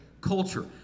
culture